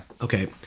Okay